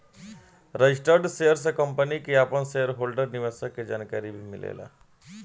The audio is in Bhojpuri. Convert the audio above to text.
रजिस्टर्ड शेयर से कंपनी के आपन शेयर होल्डर निवेशक के जानकारी भी मिलेला